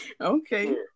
okay